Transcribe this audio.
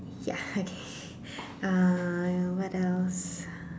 ya okay uh what else